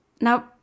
Now